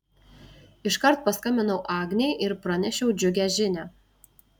iškart paskambinau agnei ir pranešiau džiugią žinią